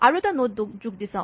আৰু এটা নড যোগ দি চাওঁ